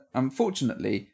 unfortunately